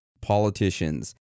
politicians